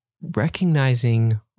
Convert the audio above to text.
recognizing